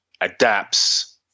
adapts